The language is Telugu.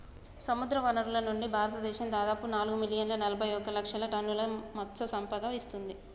సముద్రవనరుల నుండి, భారతదేశం దాదాపు నాలుగు మిలియన్ల నలబైఒక లక్షల టన్నుల మత్ససంపద ఇస్తుంది